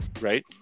right